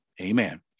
Amen